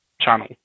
channel